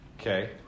Okay